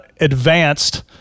advanced